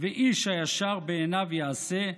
ו"איש הישר בעיניו יעשה",